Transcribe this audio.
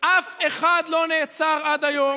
אף אחד לא נעצר עד היום.